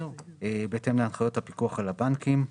בהתאם להנחיות הפיקוח על הבנקים,